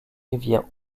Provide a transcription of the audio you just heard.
rivières